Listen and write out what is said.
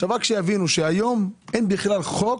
היום אין בכלל חוק